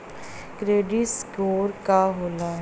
Credit score का होला?